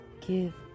give